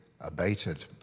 abated